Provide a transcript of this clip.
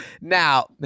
Now